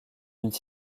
une